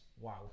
wow